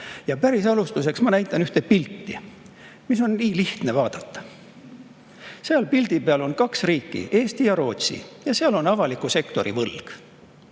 Päris alustuseks näitan ühte pilti, mida on lihtne vaadata. Selle pildi peal on kaks riiki, Eesti ja Rootsi, ja avaliku sektori võlg.